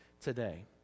today